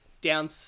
down